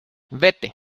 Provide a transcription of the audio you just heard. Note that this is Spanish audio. vete